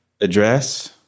Address